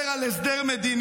לא עשיתם הסדר מדיני.